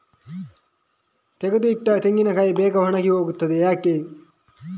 ತೆಗೆದು ಇಟ್ಟ ತೆಂಗಿನಕಾಯಿ ಬೇಗ ಒಣಗಿ ಹೋಗುತ್ತದೆ ಯಾಕೆ?